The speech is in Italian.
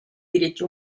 diritti